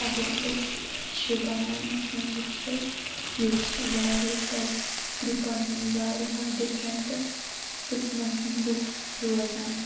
اَگَر أسۍ شُپیانَس منٛز وُچھو ییٚتہِ چھِ واریاہو گُروپَن ہٕنٛدۍ واریاہو ڈِفرَنٛٹ قٕسمَن ہنٛدۍ لُکھ روزان